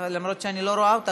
למרות שאני לא רואה אותו כאן.